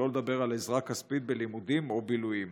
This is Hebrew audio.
שלא לדבר על עזרה כספית בלימודים או בילויים.